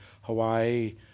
Hawaii